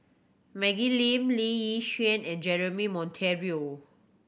Maggie Lim Lee Yi and Jeremy Monteiro